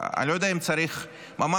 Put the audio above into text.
אני לא יודע אם צריך ממש,